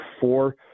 four